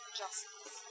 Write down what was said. justice